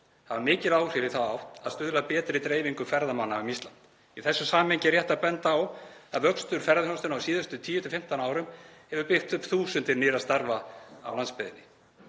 hafa mikil áhrif í þá átt að stuðla að betri dreifingu ferðamanna um Ísland. Í þessu samhengi er rétt að benda á að vöxtur ferðaþjónustunnar á síðustu 10–15 árum hefur byggt upp þúsundir nýrra starfa á landsbyggðinni.